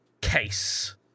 case